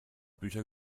bücher